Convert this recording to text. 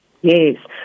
Yes